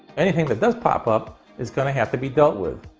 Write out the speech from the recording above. anything that does pop up is gonna have to be dealt with.